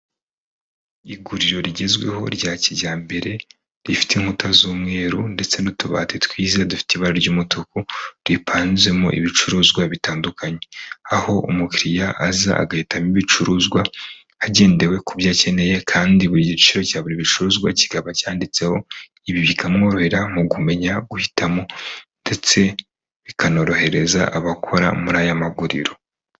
Iguriro rigezweho rya kijyambere, rifite inkuta z'umweru ndetse n'utubati twiza dufite ibara ry'umutuku, ripanzemo ibicuruzwa bitandukanye. Aho umukiriya aza agahitamo ibicuruzwa hagendewe ku byo akeneye kandi buri giciro cya buri gicuruzwa kikaba cyanditseho, ibi bikamworohera mu kumenya guhitamo ndetse bikanorohereza abakora muri aya maguriro.